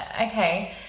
okay